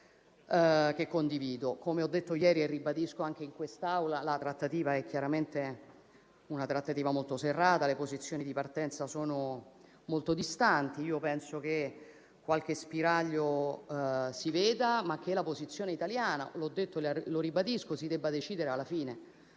Come ho affermato ieri e ribadisco anche in quest'Aula, la trattativa è chiaramente molto serrata e le posizioni di partenza sono molto distanti. Penso che qualche spiraglio si veda e che la posizione italiana - l'ho detto e lo ribadisco - si debba decidere alla fine